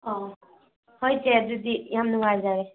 ꯑꯪ ꯍꯣꯏ ꯆꯦ ꯑꯗꯨꯗꯤ ꯌꯥꯝ ꯅꯨꯡꯉꯥꯏꯖꯔꯦ